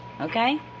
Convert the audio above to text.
okay